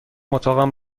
اتاقم